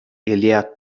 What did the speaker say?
ilia